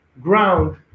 ground